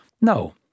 No